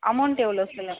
amount எவ்வளோ சொல்லுங்கள்